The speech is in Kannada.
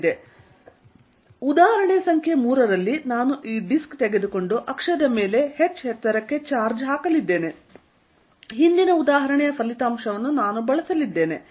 ಸ್ಲೈಡ್ ಸಮಯ ನೋಡಿ 1254 ಉದಾಹರಣೆ ಸಂಖ್ಯೆ 3 ರಲ್ಲಿ ನಾನು ಈ ಡಿಸ್ಕ್ ತೆಗೆದುಕೊಂಡು ಅಕ್ಷದ ಮೇಲೆ h ಎತ್ತರಕ್ಕೆ ಚಾರ್ಜ್ ಹಾಕಲಿದ್ದೇನೆ ಹಿಂದಿನ ಉದಾಹರಣೆಯ ಫಲಿತಾಂಶವನ್ನು ನಾನು ಬಳಸಲಿದ್ದೇನೆ